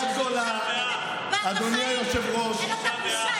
בתודה גדולה, אדוני היושב-ראש, אין לך מושג.